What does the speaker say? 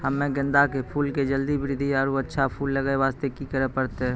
हम्मे गेंदा के फूल के जल्दी बृद्धि आरु अच्छा फूल लगय वास्ते की करे परतै?